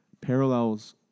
parallels